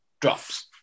drops